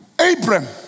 Abraham